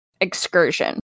excursion